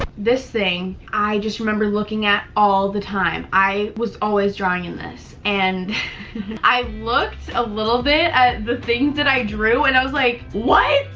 this thing, i just looking at all the time i was always drawing in this and i looked a little bit at the things that i drew and i was like what?